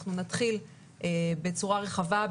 אנחנו נתחיל בצורה רחבה,